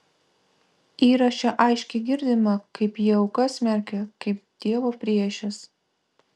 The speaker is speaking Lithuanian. įraše aiškiai girdima kaip jie aukas smerkia kaip dievo priešes